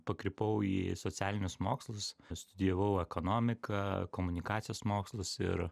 pakrypau į socialinius mokslus studijavau ekonomiką komunikacijos mokslus ir